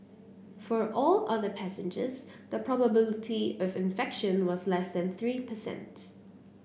for all other passengers the probability of infection was less than three percent